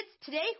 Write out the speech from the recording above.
today